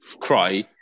cry